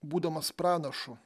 būdamas pranašu